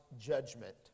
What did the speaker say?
Judgment